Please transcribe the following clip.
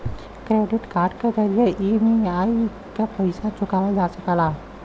credit card के जरिये EMI क पइसा चुकावल जा सकला